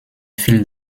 viel